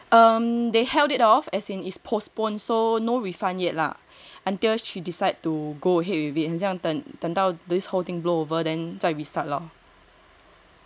um they held it off as in it's postponed so no refund yet lah until she decide to go ahead with it 很像等等到 this whole thing blow over then 再 restart lah